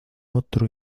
otro